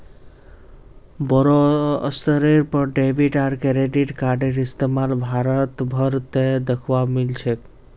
बोरो स्तरेर पर डेबिट आर क्रेडिट कार्डेर इस्तमाल भारत भर त दखवा मिल छेक